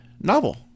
novel